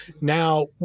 Now